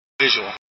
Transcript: Visual